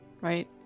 Right